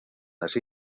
así